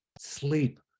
sleep